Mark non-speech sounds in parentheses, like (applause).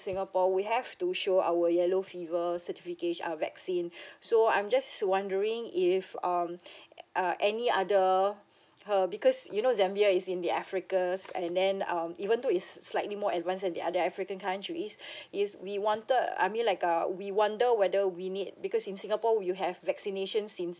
singapore we have to show our yellow fever certification uh vaccine so I'm just wondering if um (breath) uh any other her because you know zambia is in the africa's and then um even though it's slightly more advanced than the other african countries is we wanted I mean like uh we wonder whether we need because in singapore you have vaccinations since